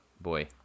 Boy